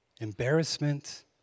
embarrassment